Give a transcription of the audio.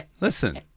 Listen